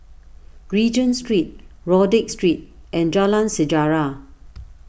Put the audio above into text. Regent Street Rodyk Street and Jalan Sejarah